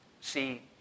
See